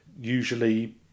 usually